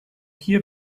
hier